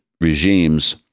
regimes